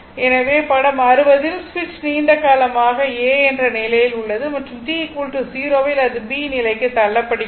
எனவே படம் 60 ல் சுவிட்ச் நீண்ட காலமாக a என்ற நிலையில் உள்ளது மற்றும் t 0 இல் அது b நிலைக்கு தள்ளப்படுகிறது